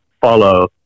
follow